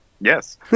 Yes